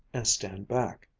and stand back,